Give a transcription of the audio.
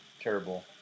Terrible